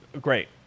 Great